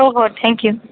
हो हो थँक्यू